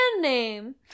name